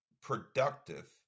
productive